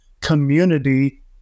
community